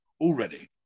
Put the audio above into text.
already